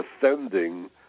defending